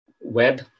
web